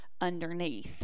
underneath